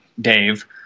Dave